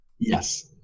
Yes